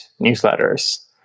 newsletters